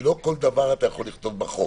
כי לא כל דבר אתה יכול לכתוב בחוק.